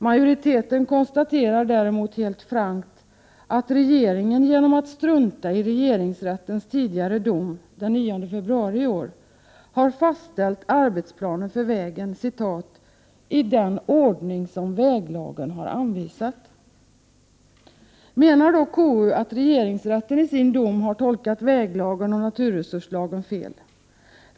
Däremot konstaterar majoriteten helt frankt att regeringen genom att strunta i regeringsrättens dom den 9 februari i år har fastställt arbetsplanen för vägen ”i den ordning som väglagen anvisar”. Menar då konstitutionsutskottet att regeringsrätten i sin dom har tolkat väglagen och naturresurslagen felaktigt?